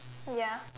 ya